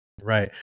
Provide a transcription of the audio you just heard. Right